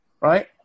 right